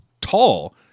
tall